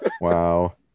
Wow